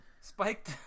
Spike